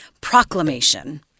proclamation